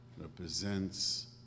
represents